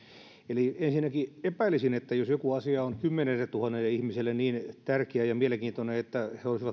eli ensinnäkin epäilisin että jos joku asia on kymmenelletuhannelle ihmiselle niin tärkeä ja mielenkiintoinen että he olisivat